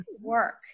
work